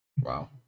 Wow